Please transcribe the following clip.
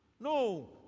no